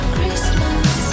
Christmas